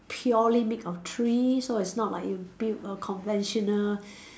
purely made of tree so it's not like you build a conventional